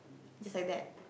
just like that